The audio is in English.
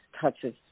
touches